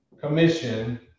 commission